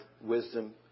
wisdom